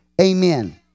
Amen